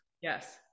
Yes